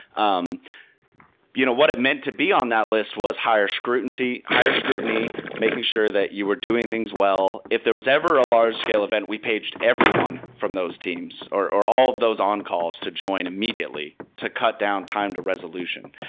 um you know what it meant to be on that list was higher scrutiny, making sure that you were doing things well. if there was ever a large scale event, we paged everyone from those teams, or or all of those on calls to join immediately to cut down time to resolution.